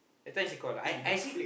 every time she call lah I I actually